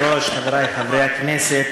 גברתי היושבת-ראש, חברי חברי הכנסת,